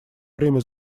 время